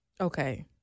Okay